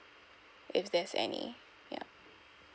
if there's any ya